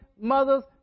mothers